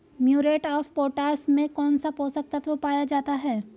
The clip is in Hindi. म्यूरेट ऑफ पोटाश में कौन सा पोषक तत्व पाया जाता है?